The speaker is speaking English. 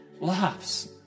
laughs